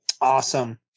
Awesome